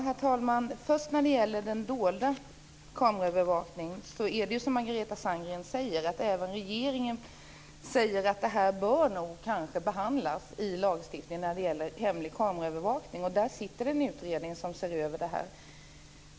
Herr talman! När det först gäller den dolda kameraövervakningen är det ju så, som Margareta Sandgren säger, att även regeringen anför att det här kanske bör behandlas i lagstiftningen om hemlig kameraövervakning. Det pågår en utredning som ser över detta.